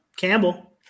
Campbell